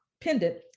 pendant